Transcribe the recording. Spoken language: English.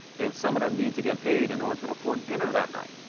and some of them need to get paid in order to afford dinner that night.